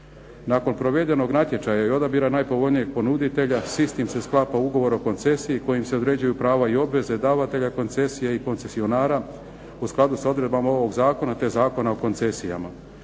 Nakon provedenog natječaja i odabira najpovoljnijeg ponuditelja s istim se sklapa ugovor o koncesiji kojim se određuju prava i obveze davatelja koncesije i koncesionara u skladu sa odredbama ovog zakona, te Zakona o koncesijama.